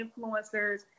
influencers